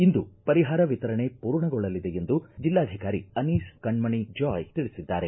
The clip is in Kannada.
ಇಂದು ಪರಿಹಾರ ವಿತರಣೆ ಪೂರ್ಣಗೊಳ್ಳಲಿದೆ ಎಂದು ಜಿಲ್ಲಾಧಿಕಾರಿ ಅನೀಸ್ ಕಣ್ಣಣಿ ಜಾಯ್ ತಿಳಿಸಿದ್ದಾರೆ